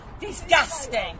disgusting